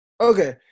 Okay